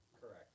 Correct